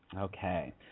Okay